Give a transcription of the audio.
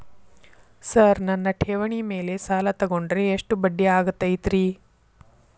Sir ನನ್ನ ಠೇವಣಿ ಮೇಲೆ ಸಾಲ ತಗೊಂಡ್ರೆ ಎಷ್ಟು ಬಡ್ಡಿ ಆಗತೈತ್ರಿ?